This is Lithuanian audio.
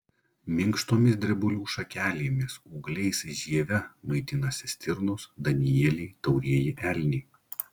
minkštomis drebulių šakelėmis ūgliais žieve maitinasi stirnos danieliai taurieji elniai